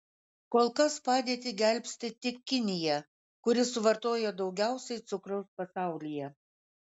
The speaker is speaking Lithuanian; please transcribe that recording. kol kas padėtį gelbsti tik kinija kuri suvartoja daugiausiai cukraus pasaulyje